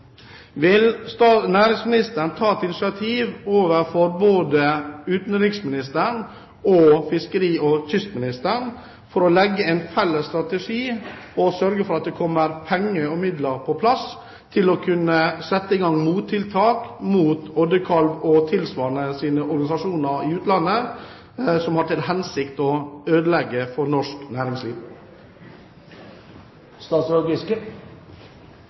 næringsministeren ta initiativ overfor både utenriksministeren og fiskeri- og kystministeren til å legge en felles strategi og sørge for at det kommer midler på plass for å kunne sette i gang tiltak mot Oddekalvs organisasjon og tilsvarende organisasjoner i utlandet som har til hensikt å ødelegge for norsk næringsliv?